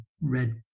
red